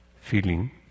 feeling